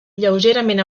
lleugerament